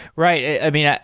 right. i mean,